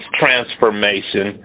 transformation